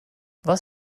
was